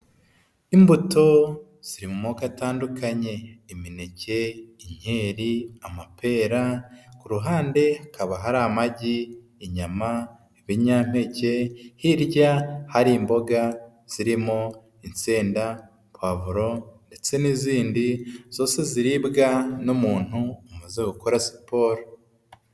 Imbuto ziri mu moko atandukanye, imineke, inkeri, amapera, ku ruhande hakaba hari amagi, inyama, ibinyampeke, hirya hari imboga zirimo insenda, povuro ndetse n'izindi, zose ziribwa n'umuntu umaze gukora siporo.